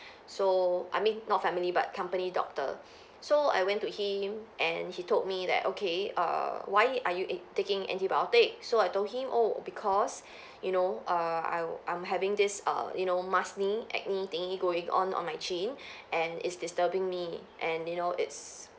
so I mean not family but company doctor so I went to him and he told me that okay err why are you eat~ taking antibiotic so I told him oh because you know err I I'm having this err you know mask acne thing going on on my chin and is disturbing me and you know it's